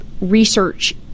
research